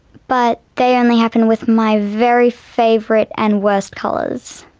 but they only happen with my very favourite and worst colours.